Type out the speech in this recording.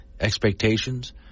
expectations